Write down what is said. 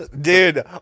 Dude